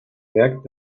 werk